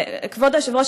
כבוד היושב-ראש,